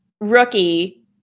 rookie